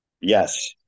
Yes